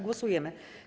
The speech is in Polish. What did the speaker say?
Głosujemy.